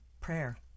prayer